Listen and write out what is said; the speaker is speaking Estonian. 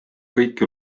kõiki